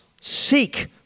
Seek